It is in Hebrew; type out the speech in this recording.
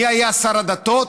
מי היה שר הדתות?